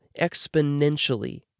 exponentially